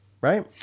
right